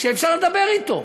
כשאפשר לדבר אתו?